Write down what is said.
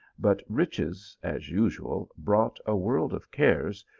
but riches, as usual, brought a world of cares,